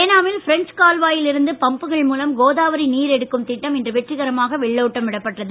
ஏனாமில் பிரெஞ்சு கால்வாயில் இருந்து பம்புகள் மூலம் கோதாவரி நீர் எடுக்கும் திட்டம் இன்று வெற்றிகரமாக வெள்ளோட்டம் விடப்பட்டது